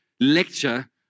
lecture